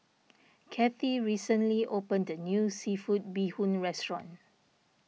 Kathie recently opened a new Seafood Bee Hoon Restaurant